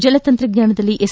ಜಲತಂತ್ರಜ್ಞಾನದಲ್ಲಿ S